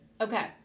okay